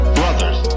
brothers